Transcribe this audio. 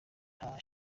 nta